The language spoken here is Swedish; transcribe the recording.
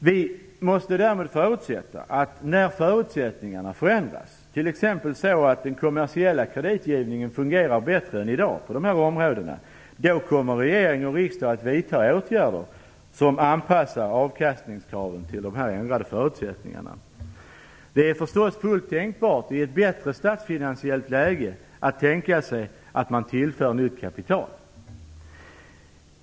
Vi måste därmed ta i beaktande att när förutsättningarna förändras, t.ex. så att den kommersiella kreditgivningen fungerar bättre än i dag på de här områdena, kommer regering och riksdag att vidta åtgärder som anpassar avkastningskraven till de ändrade förutsättningarna. Det är förstås fullt tänkbart i ett bättre statsfinansiellt läge att tillföra nytt kapital.